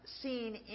seen